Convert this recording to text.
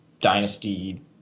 dynasty